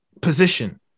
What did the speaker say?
position